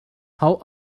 how